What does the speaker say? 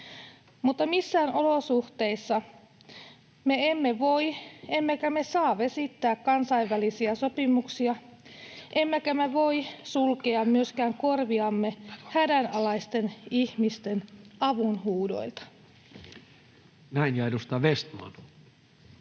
mutta missään olosuhteissa me emme voi emmekä me saa vesittää kansainvälisiä sopimuksia, emmekä me voi sulkea myöskään korviamme hädänalaisten ihmisten avunhuudoilta. Näin. Ja edustaja Vestman.